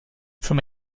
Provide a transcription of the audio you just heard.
from